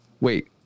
Wait